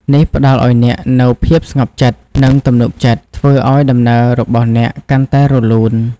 នេះផ្តល់ឲ្យអ្នកនូវ ភាពស្ងប់ចិត្ត និងទំនុកចិត្ត ធ្វើឲ្យដំណើររបស់អ្នកកាន់តែរលូន។